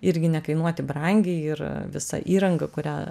irgi nekainuoti brangiai ir visa įranga kurią